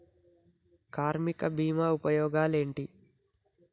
కార్మిక బీమా ఉపయోగాలేంటి?